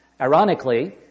Ironically